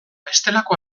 bestelako